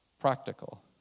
Practical